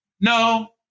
No